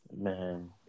Man